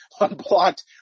unblocked